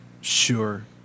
sure